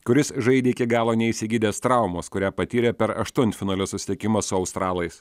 kuris žaidė iki galo neišsigydęs traumos kurią patyrė per aštuntfinalio susitikimą su australais